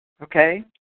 Okay